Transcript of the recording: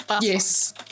yes